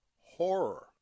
horror